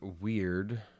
weird